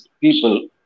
people